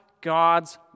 God's